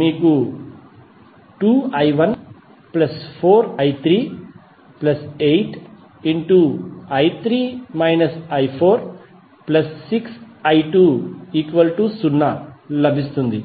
మీకు2i14i386i20 లభిస్తుంది